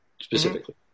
specifically